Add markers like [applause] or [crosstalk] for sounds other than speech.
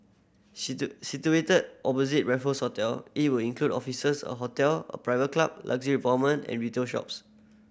[unintelligible] situated opposite Raffles Hotel it will include offices a hotel a private club luxury apartment and retail shops